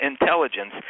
intelligence